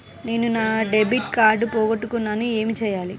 నేను నా debit card పోగొట్టుకున్నాను ఏమి చేయాలి?